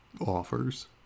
offers